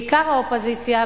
בעיקר האופוזיציה,